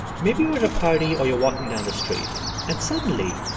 maybe you're at a party or you're walking down the street and suddenly,